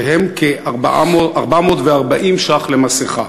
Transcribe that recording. שהם כ-440 ש"ח למסכה.